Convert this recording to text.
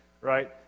Right